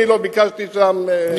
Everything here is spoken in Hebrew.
אני לא ביקשתי שם,